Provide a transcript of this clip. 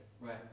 Right